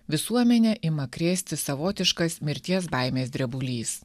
visuomenę ima krėsti savotiškas mirties baimės drebulys